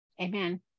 Amen